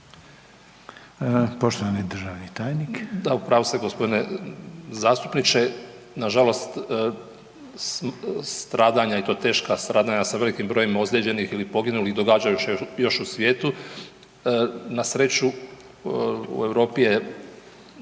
Poštovani državni tajnik